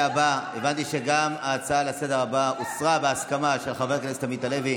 הבנתי שההצעה לסדר-היום הבאה הוסרה בהסכמת חבר הכנסת עמית הלוי,